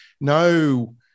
No